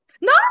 No